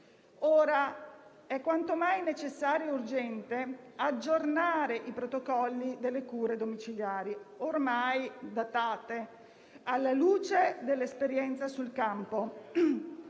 Ora è quanto mai necessario e urgente aggiornare i protocolli delle cure domiciliari ormai datate alla luce dell'esperienza sul campo,